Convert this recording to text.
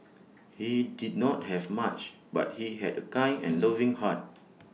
he did not have much but he had A kind and loving heart